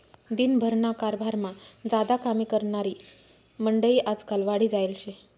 दिन भरना कारभारमा ज्यादा कामे करनारी मंडयी आजकाल वाढी जायेल शे